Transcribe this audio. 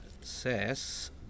says